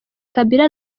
kabila